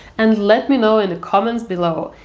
and let me know in the comments below,